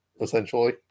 essentially